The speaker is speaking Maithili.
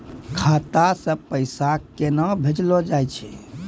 खाता से पैसा केना भेजलो जाय छै?